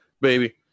baby